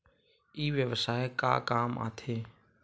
ई व्यवसाय का काम आथे?